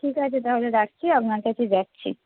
ঠিক আছে তাহলে রাখছি আপনার কাছে যাচ্ছি